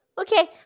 Okay